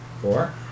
Four